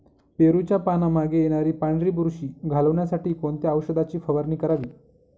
पेरूच्या पानांमागे येणारी पांढरी बुरशी घालवण्यासाठी कोणत्या औषधाची फवारणी करावी?